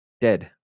dead